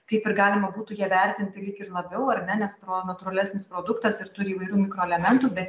kaip ir galima būtų ją vertinti lyg ir labiau ar ne nes atro natūralesnis produktas ir turi įvairių mikroelementų bet